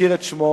אזכיר את שמו.